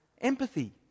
empathy